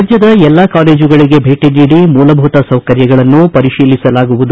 ರಾಜ್ಯದ ಎಲ್ಲ ಕಾಲೇಜುಗಳಿಗೆ ಭೇಟಿ ನೀಡಿ ಮೂಲಭೂತ ಸೌಕರ್ಯಗಳನ್ನು ಪರಿಶೀಲಿಸಲಾಗುವುದು